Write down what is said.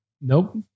Nope